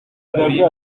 muri